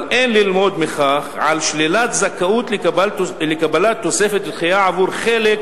אבל אין ללמוד מכך על שלילת זכאות לקבלת תוספת דחייה עבור חלק